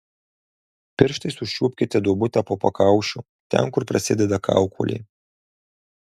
pirštais užčiuopkite duobutę po pakaušiu ten kur prasideda kaukolė